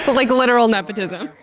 but like literal nepotism!